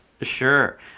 Sure